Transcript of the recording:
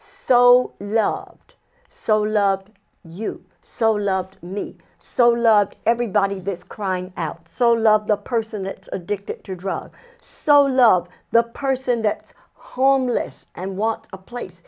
so loved so loved you so loved me so loved everybody this crying out so loved the person that addicted to drugs so love the person that homeless and want a place